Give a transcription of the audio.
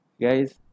guys